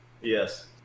Yes